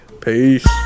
Peace